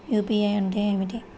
UPI అంటే ఏమిటి?